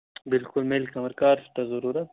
بِلکُل میٚلہِ کَور کر چھُ تۅہہِ ضروٗرت